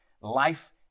life